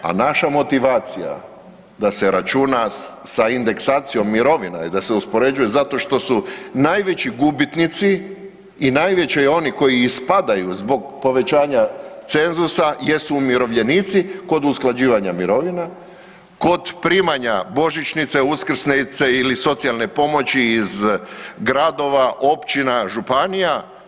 A naša motivacija da se računa sa indeksacijom mirovine i da se uspoređuje zato što su najveći gubitnici i najveći oni koji ispadaju zbog povećanja cenzusa jesu umirovljenici kod usklađivanja mirovina, kod primanja božićnice, uskrsnice ili socijalne pomoći iz gradova, općina, županija.